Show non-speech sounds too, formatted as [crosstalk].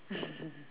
[laughs]